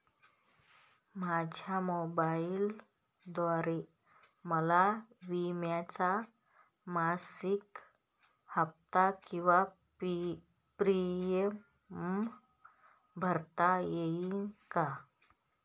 माझ्या मोबाईलद्वारे मला विम्याचा मासिक हफ्ता किंवा प्रीमियम भरता येईल का?